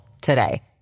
today